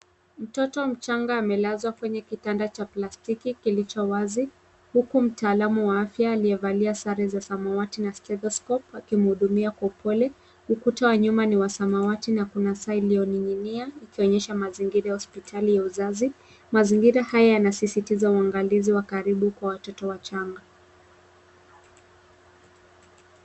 Mtoto mchanga amelazwa kwenye kitanda cha plastiki kilicho wazi huku mtaalamu wa afya aliyevalia sare za samawati na stethoscope akimhudumia kwa upole. Ukuta wa nyuma ni wa samawati na kuna saa iliyoning'inia ikionyesha mazingira ya hospitali ya uzazi. Mazingira haya yanasisitiza uangalizi wa karibu kwa watoto wachanga.